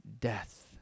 death